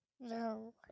No